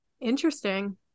Interesting